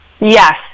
yes